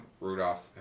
Rudolph